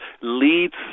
leads